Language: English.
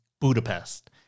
Budapest